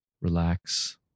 relax